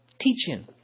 teaching